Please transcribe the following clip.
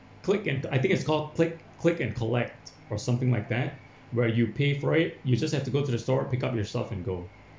click and I think it's called click click and collect or something like that where you pay for it you just have to go to the store pick up yourself and go